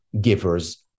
givers